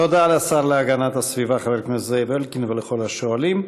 תודה לשר להגנת הסביבה חבר הכנסת זאב אלקין ולכל השואלים.